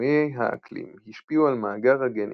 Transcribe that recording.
ששינויי האקלים השפיעו על מאגר הגנים